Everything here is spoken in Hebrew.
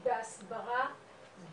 בהסברה,